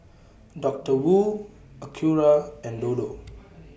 Doctor Wu Acura and Dodo